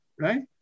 right